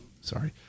Sorry